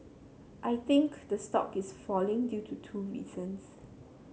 I think the stock is falling due to two reasons